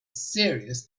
serious